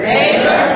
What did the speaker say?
Neighbor